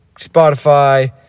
spotify